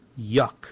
yuck